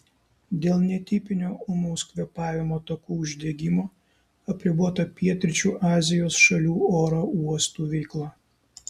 dėl netipinio ūmaus kvėpavimo takų uždegimo apribota pietryčių azijos šalių oro uostų veikla